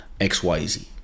XYZ